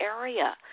area